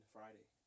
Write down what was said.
Friday